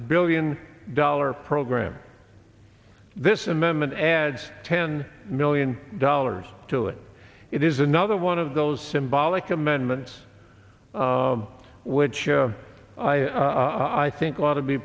billion dollar program this amendment adds ten million dollars to it it is another one of those symbolic amendments which i i think want to be